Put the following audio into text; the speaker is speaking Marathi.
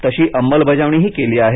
तशी अंमलबजावणीही केली आहे